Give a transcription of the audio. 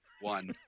one